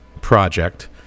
project